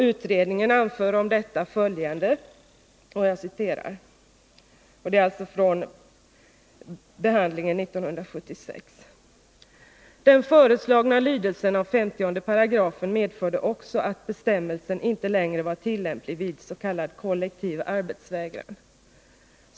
Utredningen anför om detta följande: ”Den föreslagna lydelsen av 50 § medförde också att bestämmelsen inte längre var tillämplig vid s.k. kollektiv arbetsvägran.